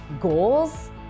goals